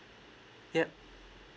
yup